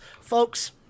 folks